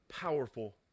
Powerful